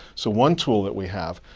so one tool that we have,